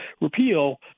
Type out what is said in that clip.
repeal